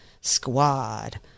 Squad